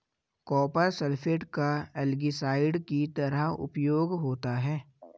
copper sulphate का algicide की तरह उपयोग होता है